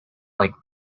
like